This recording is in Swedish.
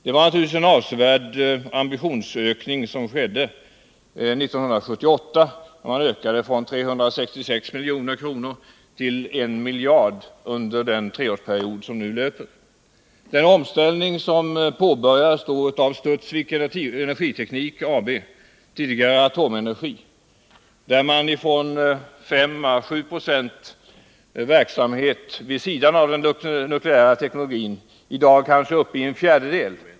Det var naturligtvis en avsevärd ambitionsökning som skedde 1978, då man ökade från 366 milj.kr. till I miljard under den treårsperiod som nu löper. Den omställning som då påbörjades av Studsvik Energi AB - tidigare Atomenergi — innebar att man från 5 å 7 70 verksamhet vid sidan av den nukleära teknologin nu kommit upp till kanske en fjärdedel.